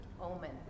Omen